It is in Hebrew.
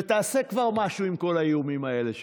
ותעשה כבר משהו עם כל האיומים האלה שלך.